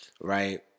right